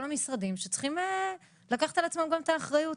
המשרדים שצריכים לקחת על עצמם גם את האחריות.